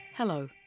Hello